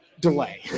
delay